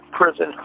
Prison